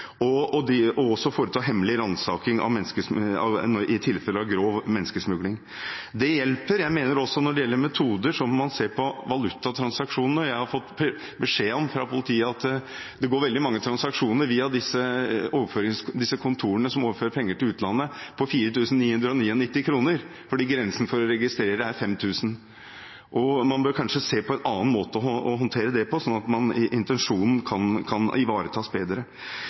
grov menneskesmugling. Det hjelper, men når det gjelder metoder, mener jeg at man også må se på valutatransaksjoner. Jeg har fått beskjed fra politiet om at det skjer veldig mange transaksjoner på 4 999 kr via kontorene som overfører penger til utlandet, fordi grensen for å registrere er 5 000 kr. Man bør kanskje se på en annen måte å håndtere det på, slik at intensjonen kan ivaretas bedre.